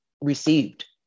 received